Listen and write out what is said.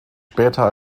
später